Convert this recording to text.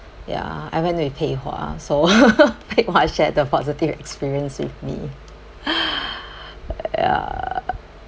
ya I went with Pei Hwa so Pei Hwa share the positive experience with me ya uh